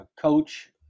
coach